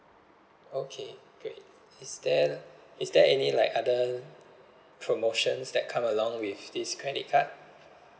okay great is there is there any like other promotions that come along with this credit card